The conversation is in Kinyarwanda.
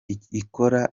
zikora